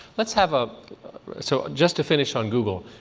let's have a so just to finish on google,